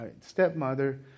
stepmother